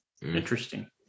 Interesting